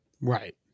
right